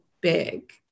big